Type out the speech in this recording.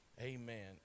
Amen